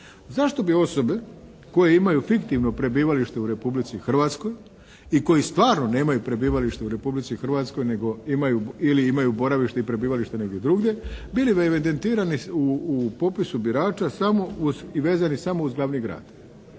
Zašto bi osobe koje imaju fiktivno prebivalište u Republici Hrvatskoj i koji stvarno nemaju prebivalište u Republici Hrvatskoj nego imaju ili imaju boravište i prebivalište negdje drugdje bili bi evidentirani u popisu birača samo uz, i vezani samo uz glavni grad.